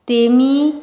तेमी